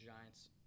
Giants